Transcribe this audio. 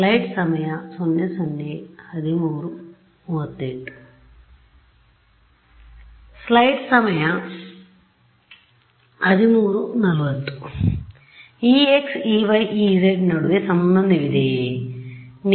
ex ey ez ನಡುವೆ ಸಂಬಂಧವಿದೆಯೇ